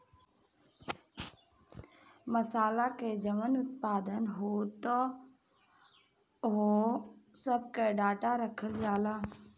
मासाला के जवन उत्पादन होता ओह सब के डाटा रखल जाता